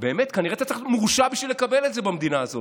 באמת כנראה אתה צריך להיות מורשע בשביל לקבל את זה במדינה הזאת.